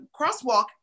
crosswalk